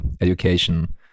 education